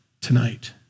tonight